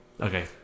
Okay